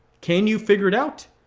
can you figure it out?